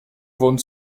wurden